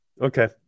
Okay